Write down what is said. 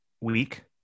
week